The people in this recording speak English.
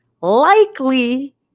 likely